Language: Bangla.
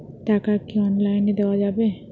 টাকা কি অনলাইনে দেওয়া যাবে?